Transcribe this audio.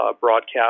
broadcast